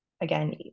again